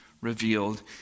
revealed